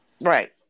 Right